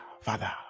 Father